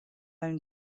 own